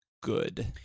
good